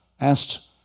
asked